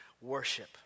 worship